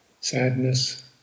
sadness